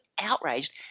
outraged